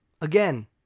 Again